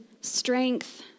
strength